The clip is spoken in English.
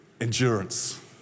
endurance